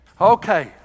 Okay